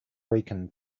rican